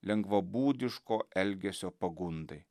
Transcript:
lengvabūdiško elgesio pagundai